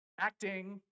acting